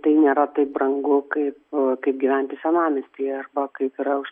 tai nėra taip brangu kaip kaip gyventi senamiestyje arba kaip yra už